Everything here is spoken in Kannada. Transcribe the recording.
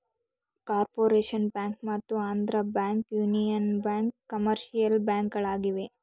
ಕಾರ್ಪೊರೇಷನ್ ಬ್ಯಾಂಕ್ ಮತ್ತು Andhra bank, union bank commercial ಬ್ಯಾಂಕ್ಗಳಾಗಿವೆ